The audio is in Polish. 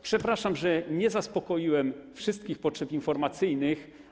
Przepraszam, że nie zaspokoiłem wszystkich potrzeb informacyjnych.